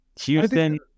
Houston